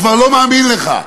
כבר לא מאמין לך.